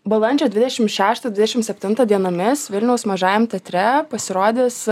balandžio dvidešim šeštą dvidešim septintą dienomis vilniaus mažajam teatre pasirodys